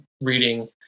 reading